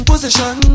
Position